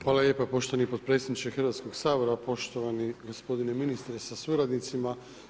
Hvala lijepa poštovani potpredsjedniče Hrvatskog sabora, poštovani gospodine ministre sa suradnicima.